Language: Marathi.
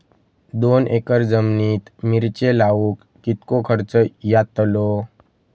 दोन एकर जमिनीत मिरचे लाऊक कितको खर्च यातलो?